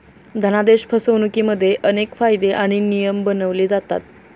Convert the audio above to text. धनादेश फसवणुकिमध्ये अनेक कायदे आणि नियम बनवले जातात